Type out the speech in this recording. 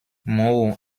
moore